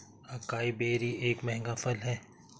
acai berry एक महंगा फल है